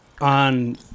on